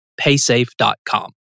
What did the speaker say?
paysafe.com